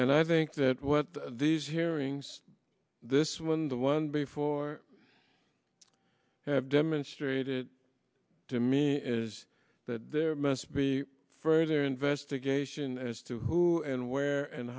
and i think that what these hearings this one the one before have demonstrated to me is that there must be further investigation as to who and where and